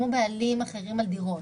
כמו הבעלים האחרים של דירות.